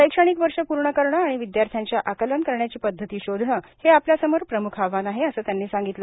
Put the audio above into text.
शैक्षणिक वर्ष पूर्ण करणं आणि विदयार्थ्यांच्या आकलन करण्याची पद्धती शोधणं हे आपल्यासमोर प्रम्ख आव्हान आहे असं त्यांनी सांगितलं